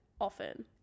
often